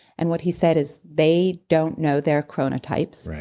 and what he said is, they don't know their chronotypes,